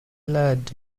lad